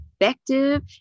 effective